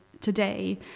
today